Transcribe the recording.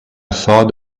thought